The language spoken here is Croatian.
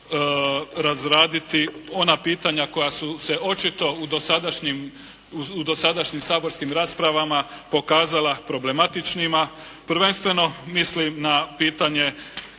razraditi ona pitanja koja su se očito u dosadašnjim saborskim raspravama pokazala problematičnima. Prvenstveno mislim na pitanje